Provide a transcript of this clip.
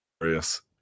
yes